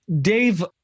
dave